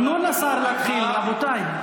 תנו לשר להתחיל, רבותיי.